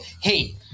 Hey